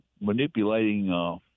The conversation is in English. manipulating